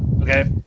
Okay